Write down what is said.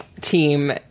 team